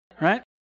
Right